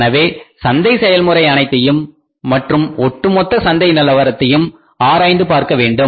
எனவே சந்தை செயல்முறை அனைத்தையும் மற்றும் ஒட்டு மொத்த சந்தை நிலவரத்தையும் ஆராய்ந்து பார்க்க வேண்டும்